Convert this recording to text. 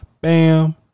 Bam